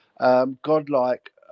Godlike